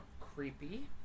creepy